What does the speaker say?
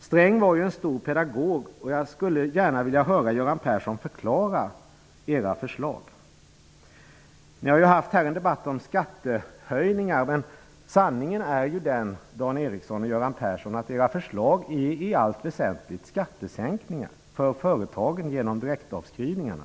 Sträng var en stor pedagog, och jag skulle gärna vilja höra Göran Persson förklara era förslag. Ni har haft här en debatt om skattehöjningar. Men sanningen är den, Göran Persson och Dan Eriksson, att era förslag i allt väsentligt innebär skattesänkningar för företagen genom direktavskrivningarna.